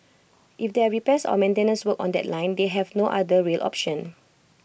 if there are repairs or maintenance work on that line they have no other rail option